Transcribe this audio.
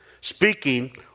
Speaking